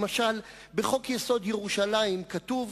למשל בחוק-יסוד: ירושלים כתוב,